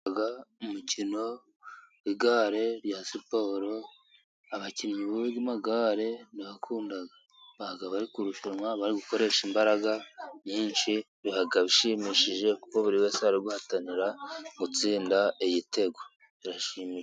.. umukino w'igare rya siporo. Abakinnyi b'amagare ndabakunda. Baba bari kurushanwa bari gukoresha imbaraga nyinshi. Biba bishimishije kuko buri wese ari guhatanira gutsinda igitego, birashimisha.